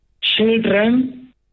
Children